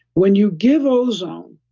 when you give ozone,